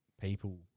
people